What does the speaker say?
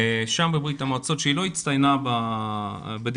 ברית המועצות שלא הצטיינה בדמוקרטיה,